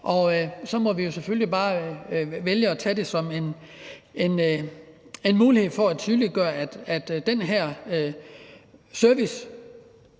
og så må vi selvfølgelig bare vælge at se det som en mulighed for at tydeliggøre, at de servicekrav